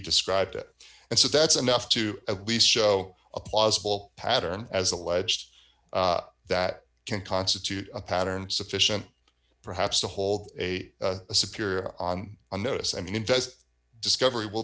described it and so that's enough to at least show a plausible pattern as alleged that can constitute a pattern sufficient perhaps to hold a superior on a notice i mean does discovery will